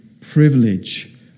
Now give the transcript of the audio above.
privilege